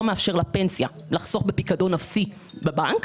מאפשר בפנסיה לחסוך בפיקדון אפסי בבנק,